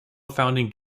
founding